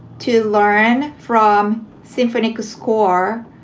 to learn from symphonic score,